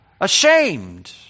ashamed